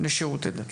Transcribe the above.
השר לשירותי דת.